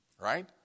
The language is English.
Right